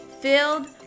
filled